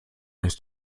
ist